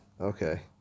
Okay